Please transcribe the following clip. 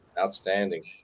Outstanding